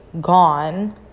gone